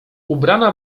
ubrana